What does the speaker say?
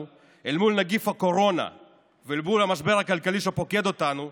אל מול נגיף הקורונה ואל מול המשבר הכלכלי שפוקד אותנו,